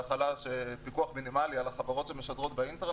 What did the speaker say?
והחלה של פקוח מינימלי על החברות שמשדרות באינטרנט,